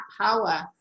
power